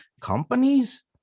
companies